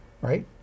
right